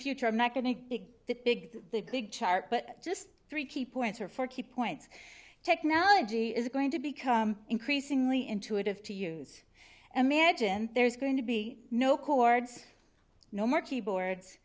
future i'm not going to big the big the big chart but just three key points or four key points technology is going to become increasingly intuitive to use imagine there's going to be no cords no more keyboards